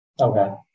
okay